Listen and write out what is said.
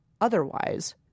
Otherwise